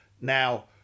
Now